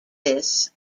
this